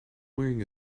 wearing